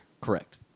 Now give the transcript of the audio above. Correct